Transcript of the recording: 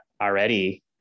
already